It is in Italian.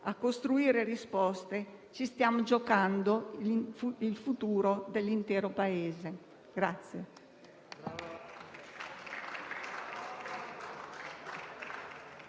costruire risposte, ci stiamo giocando il futuro dell'intero Paese.